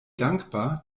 dankbar